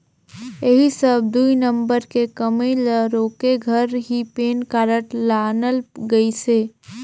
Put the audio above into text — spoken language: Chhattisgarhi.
ऐही सब दुई नंबर के कमई ल रोके घर ही पेन कारड लानल गइसे